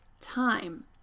time